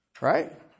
right